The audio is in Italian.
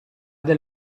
del